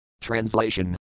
Translation